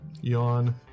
yawn